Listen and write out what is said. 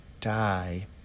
die